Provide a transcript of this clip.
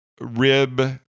rib